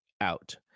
out